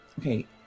Okay